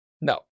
no